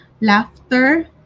laughter